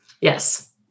Yes